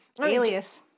Alias